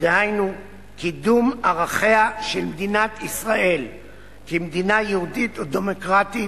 דהיינו קידום ערכיה של מדינת ישראל כמדינה יהודית ודמוקרטית,